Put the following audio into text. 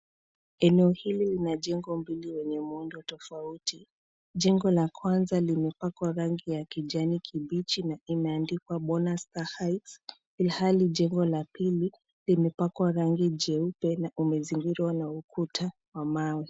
Eneo hili lina jengo mbili wenye muundo tofauti. Jengo la kwanza limepakwa rangi ya kijani kibichi na imeandikwa Bonasta Heights , ilhali jengo la pili limepakwa rangi jeupe na umezingirwa na ukuta wa mawe.